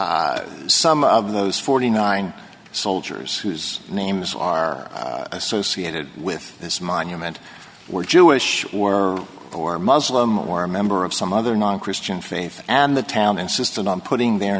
some of those forty nine soldiers whose names are associated with this monument were jewish or muslim or a member of some other non christian faith and the town insisted on putting their